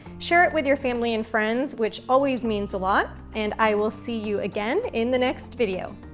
share it with your family and friends, which always means a lot, and i will see you again in the next video.